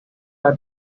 are